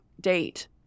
date